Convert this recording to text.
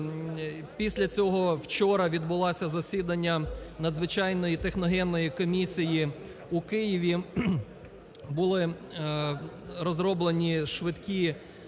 Після цього вчора відбулося засідання надзвичайної техногенної комісії у Києві. Були розроблені швидкі